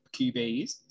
QBs